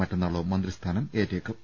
മറ്റന്നാളോ മന്ത്രിസ്ഥാനം ഏറ്റേക്കും